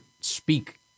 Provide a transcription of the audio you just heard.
speak